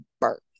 birth